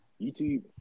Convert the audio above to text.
YouTube